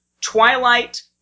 Twilight